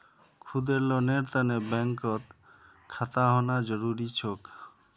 खुदेर लोनेर तने बैंकत खाता होना जरूरी छोक